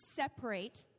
separate